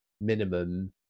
minimum